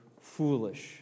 foolish